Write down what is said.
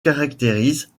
caractérise